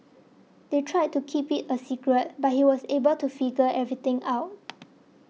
they tried to keep it a secret but he was able to figure everything out